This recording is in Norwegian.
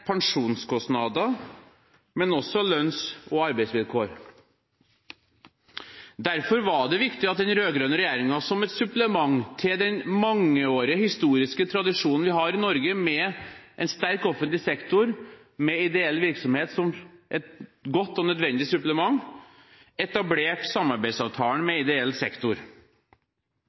pensjonskostnader, men også lønns- og arbeidsvilkår. Derfor var det viktig at den rød-grønne regjeringen som et supplement til den mangeårige historiske tradisjonen vi har i Norge, med en sterk offentlig sektor med ideell virksomhet som et godt og nødvendig supplement, etablerte samarbeidsavtalen med ideell sektor.